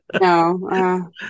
No